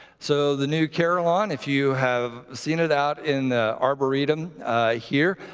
so the new carillon, if you have seen it out in the arboretum here,